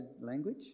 language